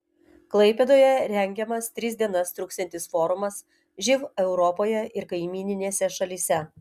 klaipėdoje rengiamas tris dienas truksiantis forumas živ europoje ir kaimyninėse šalyse